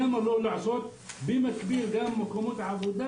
למה לא לעשות במקביל גם מקומות עבודה,